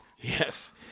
yes